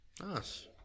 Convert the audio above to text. Nice